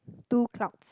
two clouds